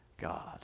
God